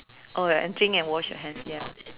oh ya and drink and wash your hands ya